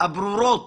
ברורות